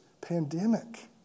pandemic